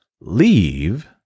leave